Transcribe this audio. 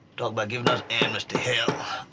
talk about giving us amnesty. hell!